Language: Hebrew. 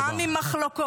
עם עם מחלוקות,